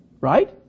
Right